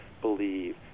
believe